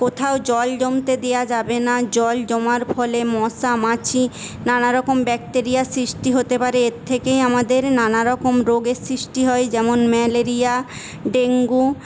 কোথাও জল জমতে দেয়া যাবে না জল জমার ফলে মশা মাছি নানারকম ব্যাকটেরিয়া সৃষ্টি হতে পারে এর থেকেই আমাদের নানারকম রোগের সৃষ্টি হয় যেমন ম্যালেরিয়া ডেঙ্গু